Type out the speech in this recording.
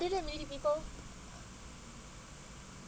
other than many people